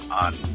on